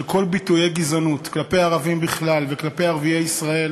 שכל ביטויי הגזענות כלפי הערבים בכלל וכלפי ערביי ישראל